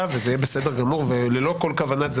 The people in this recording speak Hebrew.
וזה יהיה בסדר גמור וללא כל כוונת זדון.